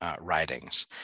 writings